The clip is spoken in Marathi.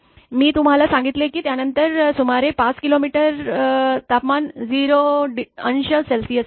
मी तुम्हाला सांगितले की त्यानंतर सुमारे ५ किलोमीटर तापमान 0° अंश सेल्सिअस असेल